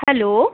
hello